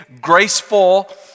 graceful